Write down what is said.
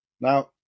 Now